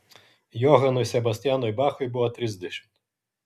johanui sebastianui bachui buvo trisdešimt